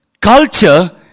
culture